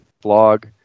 blog